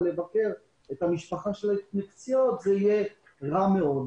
לבקר את המשפחה ב"קציעות" זה יהיה רע מאוד.